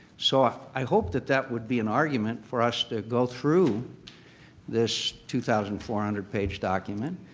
so i hope that that would be an argument for us to go through this two thousand four hundred page document,